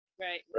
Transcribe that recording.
Right